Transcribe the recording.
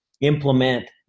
implement